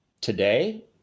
Today